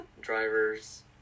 drivers